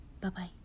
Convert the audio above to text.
Bye-bye